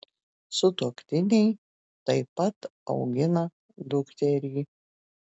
sutuoktiniai taip pat augina dukterį